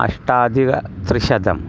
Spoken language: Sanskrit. अष्टाधिक त्रिशतम्